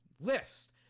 list